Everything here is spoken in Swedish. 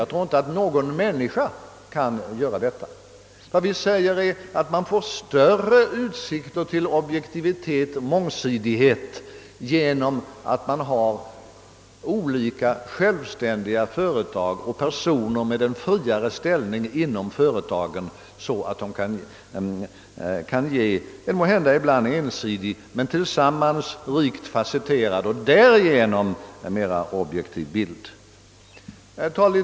Jag tror inte att någon människa kan göra detta. Vad vi säger är att man får större utsikter till objektivitet och mångsidighet genom att ha olika självständiga företag och en personal med en friare ställning inom företaget så att dessa därigenom kan ge en måhända var för sig ibland ensidig men tillsammans rikt fasetterad och mera objektiv bild.